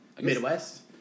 Midwest